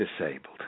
disabled